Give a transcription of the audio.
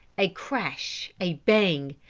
a crash! a bang!